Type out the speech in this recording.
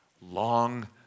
long